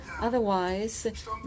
Otherwise